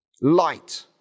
light